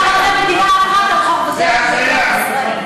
אתה רוצה מדינה אחת על חורבותיה של מדינת ישראל.